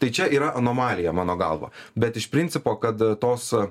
tai čia yra anomalija mano galva bet iš principo kad tos